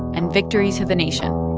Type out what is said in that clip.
and, victory to the nation.